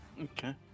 Okay